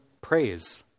praise